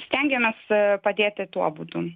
stengiamės padėti tuo būdu